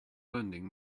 lending